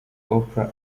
oprah